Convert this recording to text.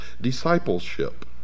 discipleship